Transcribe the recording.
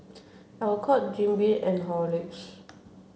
Alcott Jim Beam and Horlicks